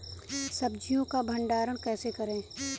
सब्जियों का भंडारण कैसे करें?